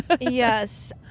yes